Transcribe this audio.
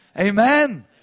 Amen